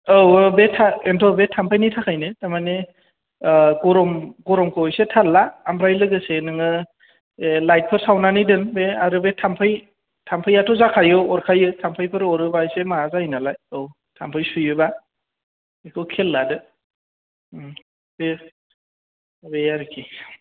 औ बे थाम बेनोथ' बे थाम्फैनि थाखायनो थारमानि गरम गरमखौ एसे थाल ला ओमफ्राय लोगोसे नोङो लाइटफोर सावनानै दोन बे आरो बे थाम्फै थाम्फैयाथ' जाखायो अरखायो थाम्फैफोर अरोबा एसे माबा जायो नालाय औ थाम्फै सुयोबा बेखौ खेल लादो बे बे आरोखि